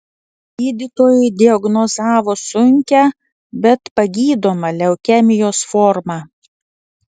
gydytojai diagnozavo sunkią bet pagydomą leukemijos formą